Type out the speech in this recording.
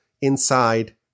inside